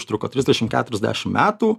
užtruko trisdešim keturiasdešim metų